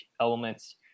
elements